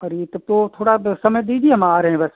अरे तब तो थोड़ा समय दीजिए हम आ रहें बस